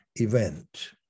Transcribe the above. event